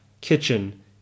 kitchen